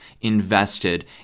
invested